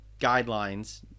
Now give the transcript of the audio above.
guidelines